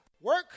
work